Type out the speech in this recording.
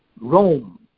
Rome